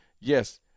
Yes